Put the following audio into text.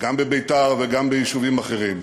גם בביתר וגם ביישובים אחרים.